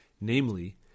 Namely